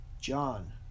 John